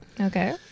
Okay